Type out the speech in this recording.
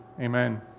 amen